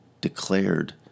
declared